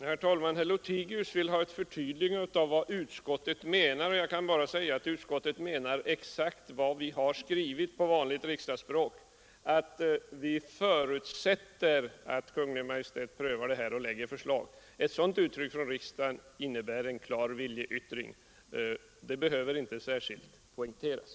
Herr talman! Herr Lothigius vill ha ett förtydligande av vad utskottet menar. Jag kan bara säga att utskottet menar exakt vad vi skrivit på vanligt riksdagsspråk: ”Utskottet förutsätter därför att denna fråga kommer att prövas av Kungl. Maj:t och att förslag föreläggs nästa års riksdag.” Ett sådant uttalande från riksdagen innebär en klar viljeyttring. Det behöver inte särskilt poängteras.